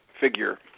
figure